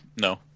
No